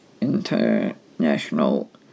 international